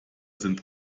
sind